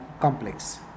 complex